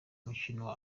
mukino